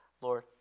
Lord